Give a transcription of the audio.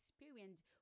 experience